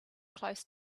close